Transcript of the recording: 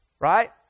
Right